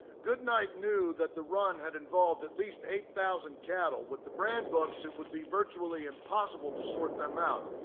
goodnight knew that the run had involved at least eight thousand cattle without the brand books it would be virtually impossible to sort them out.